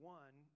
one